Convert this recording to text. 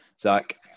Zach